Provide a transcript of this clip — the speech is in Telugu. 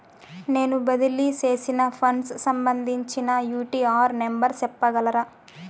నేను బదిలీ సేసిన ఫండ్స్ సంబంధించిన యూ.టీ.ఆర్ నెంబర్ సెప్పగలరా